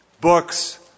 books